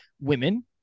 women